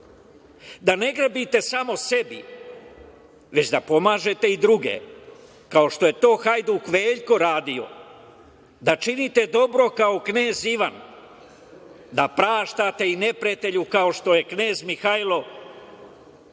da ne grabite samo sebi, već da pomažete i druge kao što je to hajduk Veljko radio, da činite dobro kao knez Ivan, da praštate i neprijatelju kao što je knez Mihajlo“,